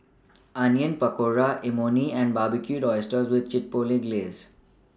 Onion Pakora Imoni and Barbecued Oysters with Chipotle Glaze